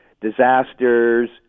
disasters